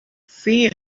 see